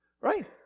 right